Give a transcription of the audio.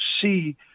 see